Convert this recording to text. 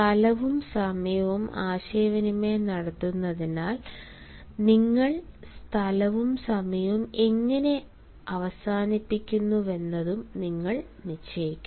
സ്ഥലവും സമയവും ആശയവിനിമയം നടത്തുന്നതിനാൽ നിങ്ങൾ സ്ഥലവും സമയവും എങ്ങനെ അവസാനിപ്പിക്കുമെന്നതും നിങ്ങൾ നിശ്ചയിക്കും